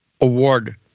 Award